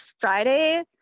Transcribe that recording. Friday